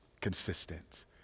consistent